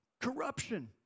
corruption